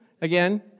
again